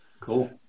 Cool